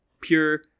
pure